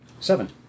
Seven